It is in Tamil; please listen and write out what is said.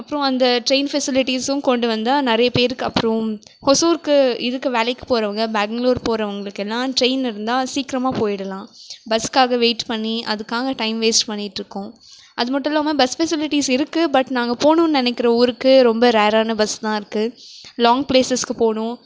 அப்புறம் அந்த டிரெயின் ஃபெசிலிட்டிஸும் கொண்டு வந்தா நிறைய பேருக்கு அப்புறம் ஒசூருக்கு இதுக்கு வேலைக்கு போகறவங்க பெங்களூர் போகறவங்களுக்குலாம் டிரெயின் இருந்தால் சீக்கிரமாக போயிடலாம் பஸ்க்காக வெயிட் பண்ணி அதுக்காக டைம் வேஸ்ட் பண்ணிட்டுருக்கோம் அது மட்டும் இல்லாமல் பஸ் ஃபெசிலிட்டிஸ் இருக்கு பட் நாங்கள் போவணுன்னு நினைக்கிற ஊருக்கு ரொம்ப ரேரான பஸ்தான் இருக்கு லாங் பிளேஸஸுக்கு போவணும்